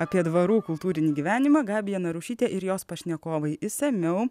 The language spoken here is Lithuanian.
apie dvarų kultūrinį gyvenimą gabija narušytė ir jos pašnekovai išsamiau